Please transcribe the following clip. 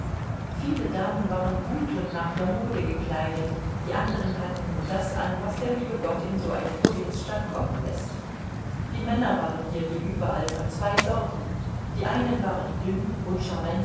viele damen waren gut und nach der mode gekleidet die anderen hatten nur das an was der liebe gott in so eine provinzstadt kommen läßt die männer waren hier wie überall von zwei sorten die einen waren dünn